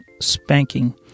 spanking